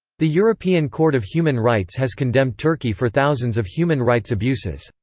the european court of human rights has condemned turkey for thousands of human rights abuses.